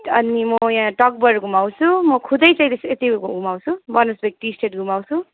अनि म यहाँ टकभर घुमाउँछु म खुदै चाहिँ त्यो ऊ त्यो घुमाउँछु बर्नेसबेग टी स्टेट घुमाउँछु